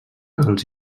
els